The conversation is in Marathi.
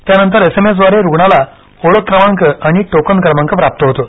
त्यानंतर एसएमएसद्वारे रुग्णाला ओळखक्रमांक आणि टोकन क्रमांक प्राप्त होतो